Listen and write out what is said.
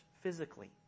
physically